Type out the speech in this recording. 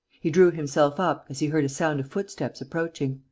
he drew himself up, as he heard a sound of footsteps approaching.